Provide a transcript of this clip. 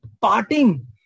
parting